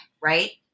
right